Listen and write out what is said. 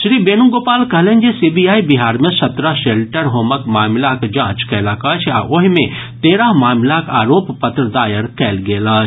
श्री वेणुगोपाल कहलनि जे सीबीआई बिहार मे सत्रह शेल्टर होमक मामिलाक जांच कयलक अछि आ ओहि मे तेरह मामिलाक आरोप पत्र दायर कयल गेल अछि